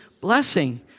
blessing